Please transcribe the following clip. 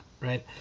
right